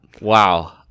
Wow